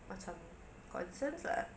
macam concerns lah